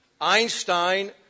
Einstein